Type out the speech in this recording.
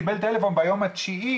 קיבל טלפון ביום ה-9,